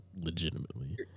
legitimately